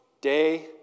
day